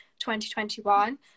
2021